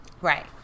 Right